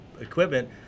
equipment